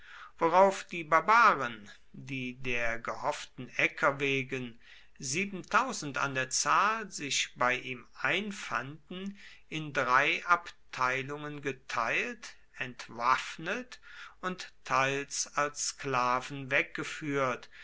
worauf die barbaren die der gehofften äcker wegen an der zahl sich bei ihm einfanden in drei abteilungen geteilt entwaffnet und teils als sklaven weggeführt